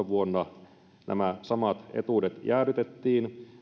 vuonna kaksituhattakahdeksantoista nämä samat etuudet jäädytettiin